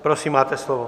Prosím, máte slovo.